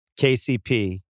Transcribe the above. KCP